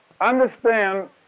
understand